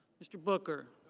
mr. booker.